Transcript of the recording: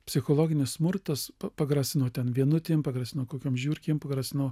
psichologinis smurtas pagrasino ten vienutėm pagrasino kokiom žiurkėm pagrasino